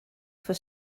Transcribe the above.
for